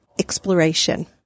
exploration